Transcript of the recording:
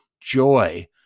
joy